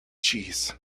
jeez